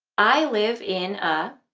i live in a.